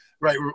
right